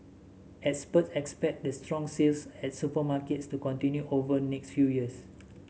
experts expect the strong sales at supermarkets to continue over next few years